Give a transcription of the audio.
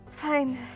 Fine